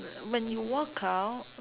when you walk out